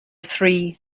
three